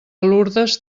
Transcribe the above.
lurdes